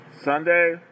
Sunday